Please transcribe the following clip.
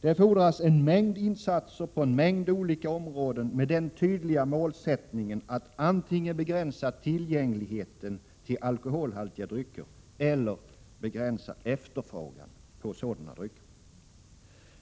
Det fordras en mängd insatser på många olika områden med den tydliga målsättningen att antingen begränsa tillgängligheten av alkoholhaltiga drycker eller begränsa efterfrågan på sådana drycker.